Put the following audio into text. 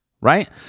right